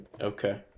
Okay